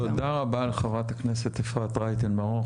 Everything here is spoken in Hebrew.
תודה רבה לחברת הכנסת אפרת רייטן מרום.